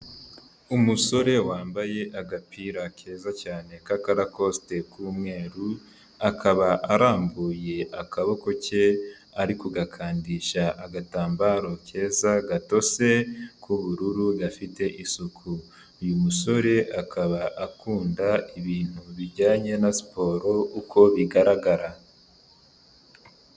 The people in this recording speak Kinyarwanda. Umusore wambaye agapira keza cyane k'akarokosite k'umweru akaba arambuye akaboko ke ariko agakandisha agatambaro keza gatose k'ubururu gafite isuku. Uyu musore akaba akunda ibintu bijyanye na siporo uko bigaragara.